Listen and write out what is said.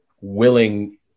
willing